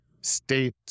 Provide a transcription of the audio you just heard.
state